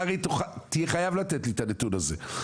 אתה הרי תהיה חייב לתת לי את הנתון הזה.